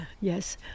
yes